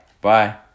bye